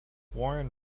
warren